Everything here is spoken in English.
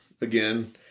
Again